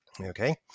Okay